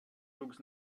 looks